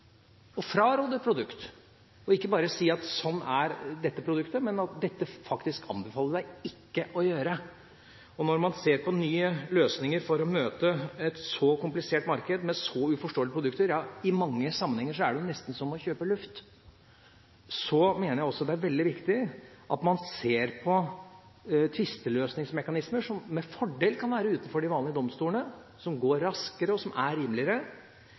fraråde et produkt og si at dette anbefaler jeg deg ikke å gjøre, og ikke bare si at sånn er dette produktet. Når man ser på nye løsninger for å møte et så komplisert marked, med så uforståelige produkter – ja, i mange sammenhenger er det jo nesten som å kjøpe luft – mener jeg også det er veldig viktig at man ser på tvisteløsningsmekanismer som med fordel kan være utenfor de vanlige domstolene, som går raskere, og som er rimeligere,